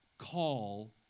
call